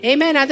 Amen